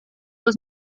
los